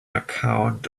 account